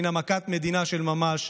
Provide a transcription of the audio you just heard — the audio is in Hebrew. הינה מכת מדינה של ממש.